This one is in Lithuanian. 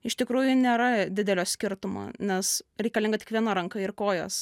iš tikrųjų nėra didelio skirtumo nes reikalinga tik viena ranka ir kojos